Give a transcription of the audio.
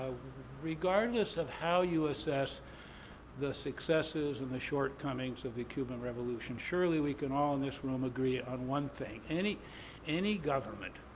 regardless of how you assess the successes and the shortcomings of the cuban revolution, surely we can all in this room agree on one thing, any any government